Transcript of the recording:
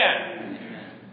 Amen